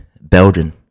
Belgium